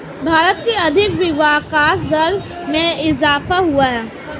भारत की आर्थिक विकास दर में इजाफ़ा हुआ है